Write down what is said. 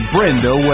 Brenda